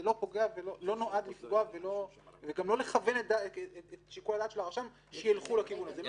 זה לא נועד לפגוע וגם לא לכוון את שיקול הדעת של הרשם שילכו לכיוון הזה.